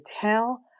tell